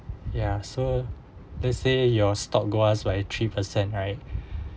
ya so let's say your stock goes up by three per cent right